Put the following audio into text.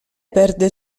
perde